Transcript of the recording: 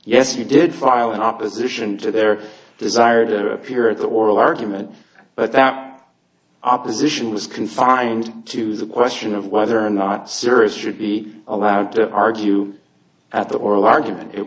we did file an opposition to their desire to appear at the oral argument but that opposition was confined to the question of whether or not sirius should be allowed to argue at the oral argument it